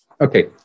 okay